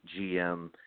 GM